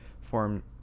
form